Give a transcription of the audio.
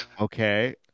okay